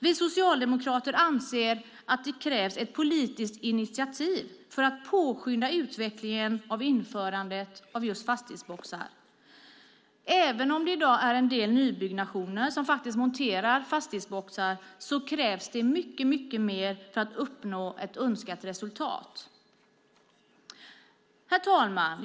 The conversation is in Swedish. Vi socialdemokrater anser att det krävs ett politiskt initiativ för att påskynda utvecklingen av införandet av fastighetsboxar. Även om det i dag i en del nybyggnationer monteras fastighetsboxar krävs mycket mer för att uppnå ett önskat resultat. Herr talman!